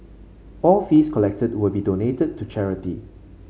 all fees collected will be donated to charity